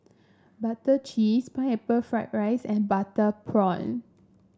Prata Cheese Pineapple Fried Rice and Butter Prawn